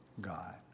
God